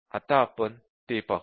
आता आपण ते पाहू